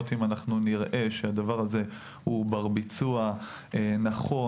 אם נראה שהדבר הזה הוא בר-ביצוע ונכון.